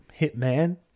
hitman